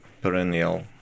perennial